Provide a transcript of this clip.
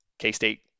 K-State